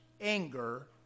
anger